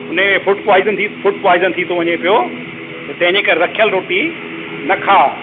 उने food poison दी food poison थी थो वञे पियो त तंहिंजे करे रखयल रोटी न खाउ